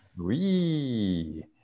Oui